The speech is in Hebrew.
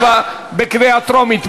הצבעה בקריאה טרומית.